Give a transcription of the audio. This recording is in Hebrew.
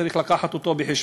וצריך להביא אותו בחשבון,